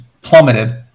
plummeted